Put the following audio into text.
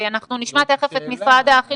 יפעת,